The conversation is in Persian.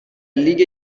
لیگ